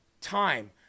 time